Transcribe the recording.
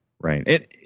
right